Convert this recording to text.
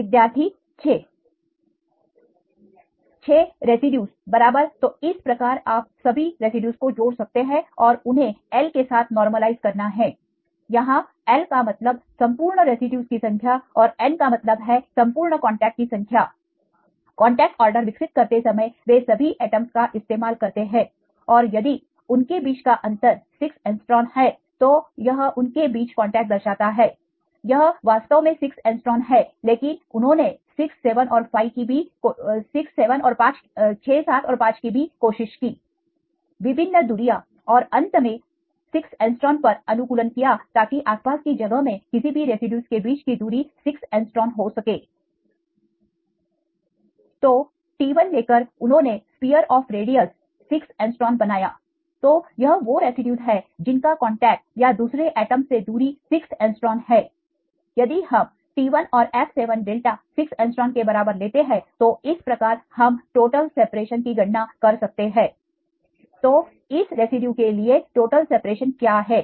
विद्यार्थी 6 6 रेसिड्यूज बराबर तो इस प्रकार आप सभी रेसिड्यूज को जोड़ सकते हैं और उन्हें L के साथ नॉर्मलाइज करना है यहां L का मतलब संपूर्ण रेसिड्यूज की संख्या और N का मतलब है संपूर्ण कांटेक्ट की संख्या कांटेक्ट ऑर्डर विकसित करते समय वे सभी एटम्स का इस्तेमाल करते हैं और यदि उनके बीच का अंतर 6 Å है तो यह उनके बीच कांटेक्ट दर्शाता है यह वास्तव में 6 Å है लेकिन उन्होंने 67 और 5 की भी कोशिश की विभिन्न दूरियाँ और अंत में 6 Å पर अनुकूलन किया ताकि आसपास की जगह में किसी भी रेसिड्यूज के बीच की दूरी 6 Å हो सके तो T1 लेकर उन्होंने स्पीयर ऑफ रेडियस 6 Å बनाया तो यह वो रेसिड्यूज है जिनका कांटेक्ट या दूसरे एटम से दूरी 6 Å है यदि हम T1 और F7 डेल्टा 6 Åके बराबर लेते हैं तो इस प्रकार हम टोटल सेपरेशन की गणना कर सकते हैं तो इस रेसिड्यू के लिए टोटल सेपरेशन क्या है